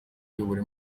kuyobora